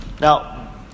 Now